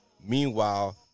Meanwhile